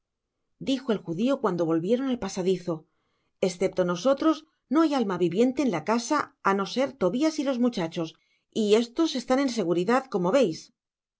dijo el judio cuando volvieron al pasadizo esceplo nosotros no hay alma viviente en la casa á no ser tobias y los muchachos y estos están en seguridad como veis